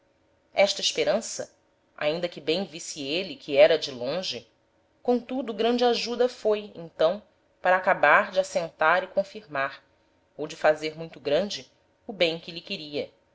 êle que era de longe comtudo grande ajuda foi então para acabar de assentar e confirmar ou de fazer muito grande o bem que lhe queria